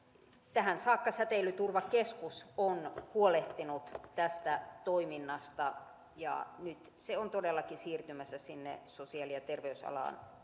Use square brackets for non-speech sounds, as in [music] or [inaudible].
tähän saakka säteilyturvakeskus on huolehtinut tästä toiminnasta ja nyt se on todellakin siirtymässä sosiaali ja terveysalan [unintelligible]